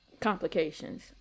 complications